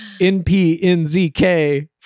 NPNZK